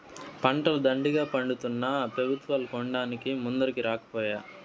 పంటలు దండిగా పండితున్నా పెబుత్వాలు కొనడానికి ముందరికి రాకపోయే